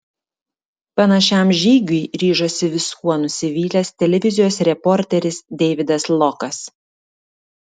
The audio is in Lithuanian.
panašiam žygiui ryžosi viskuo nusivylęs televizijos reporteris deividas lokas